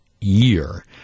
year